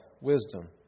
wisdom